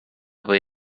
või